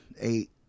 eight